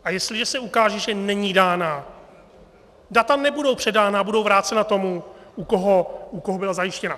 A jestliže se ukáže, že není dána, data nebudou předána a budou vrácena tomu, u koho byla zajištěna.